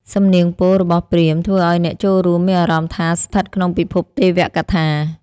សំនៀងពោលរបស់ព្រាហ្មណ៍ ធ្វើឱ្យអ្នកចូលរួមមានអារម្មណ៍ថាស្ថិតក្នុងពិភពទេវកថា។